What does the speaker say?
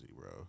bro